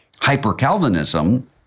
Hyper-Calvinism